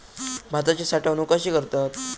भाताची साठवूनक कशी करतत?